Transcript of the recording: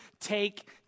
take